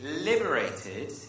liberated